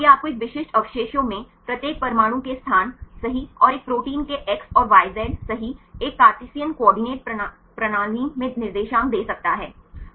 तो यह आपको एक विशिष्ट अवशेषों में प्रत्येक परमाणु के स्थान सही और एक प्रोटीन के X और YZ सही एक कार्टेशियन समन्वय प्रणाली में निर्देशांक दे सकता है